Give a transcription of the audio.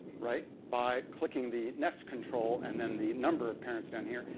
right? by clicking the nest control and then the number of parents down here,